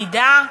עמידה,